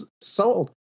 Sold